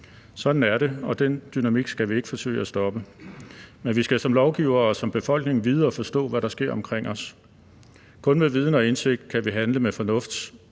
Sådan er det, og den dynamik skal vi ikke forsøge at stoppe. Men vi skal som lovgivere og som befolkning vide og forstå, hvad der sker omkring os. Kun med viden og indsigt kan vi handle med fornuft